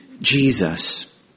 Jesus